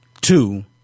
two